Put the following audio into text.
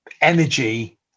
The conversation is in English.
energy